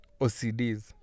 OCDs